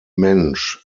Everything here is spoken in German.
mensch